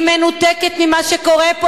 היא מנותקת ממה שקורה פה,